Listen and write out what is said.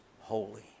holy